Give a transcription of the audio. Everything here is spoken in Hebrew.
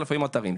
ל-10000 אתרים.